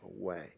away